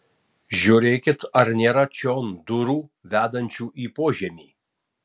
žiūrėkit ar nėra čion durų vedančių į požemį